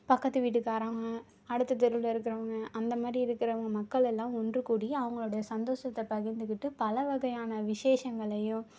பக்கத்து வீட்டுகாரவங்க அடுத்த தெருவில் இருக்கவங்க அந்த மாதிரி இருக்கிறவங்க மக்கள் எல்லாம் ஒன்று கூடி அவங்களோட சந்தோஷத்த பகிர்ந்துகிட்டு பலவகையான விஷேசங்களையும்